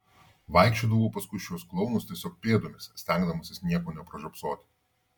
vaikščiodavau paskui šiuos klounus tiesiog pėdomis stengdamasis nieko nepražiopsoti